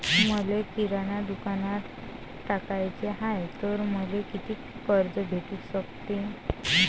मले किराणा दुकानात टाकाचे हाय तर मले कितीक कर्ज भेटू सकते?